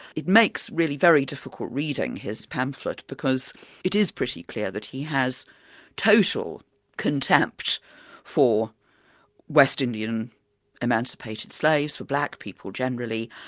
it makes really very difficult reading, his pamphlet, because it is pretty clear that he has total contempt for west indian emancipated slaves, for black people generally,